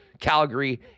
Calgary